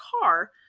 car